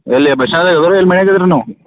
ಎಲ್ಲಿ bus stand ಇದ್ರೊ ಎಲ್ಲಿ ಮನೆಯದ್ರ್ನು